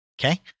okay